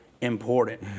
Important